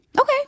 Okay